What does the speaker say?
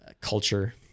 culture